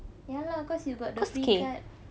ya lah cause you got the free ticket